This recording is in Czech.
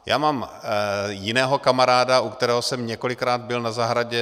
Já mám jiného kamaráda, u kterého jsem několikrát byl na zahradě.